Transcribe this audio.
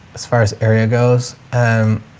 as far as area goes. um,